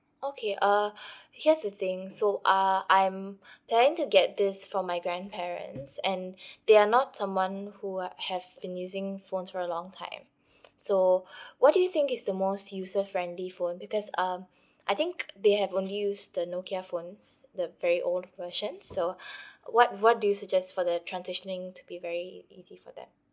okay uh here's the thing so uh I'm planning to get this for my grandparents and they are not someone who are have been using phones for a long time so what do you think is the most user friendly phone because um I think they have only use the nokia phones the very old versions so what what do you suggest for the transitioning to be very easy for them